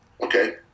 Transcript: Okay